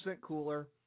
cooler